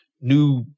new